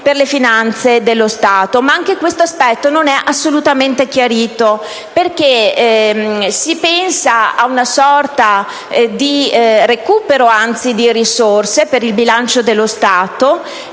per le finanze dello Stato. Ma anche questo aspetto non è assolutamente chiarito, perché si pensa ad una sorta di recupero di risorse per il bilancio dello Stato,